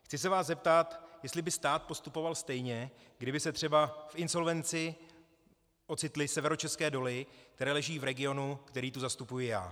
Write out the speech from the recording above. Chci se vás zeptat, jestli by stát postupoval stejně, kdyby se v insolvenci ocitly třeba Severočeské doly, které leží v regionu, který tu zastupuji já.